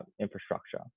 infrastructure